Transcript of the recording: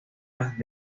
las